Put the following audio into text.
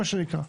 מה שנקרא.